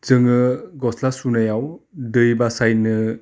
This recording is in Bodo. जोङो गस्ला सुनायाव दै बासायनो